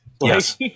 Yes